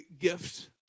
gift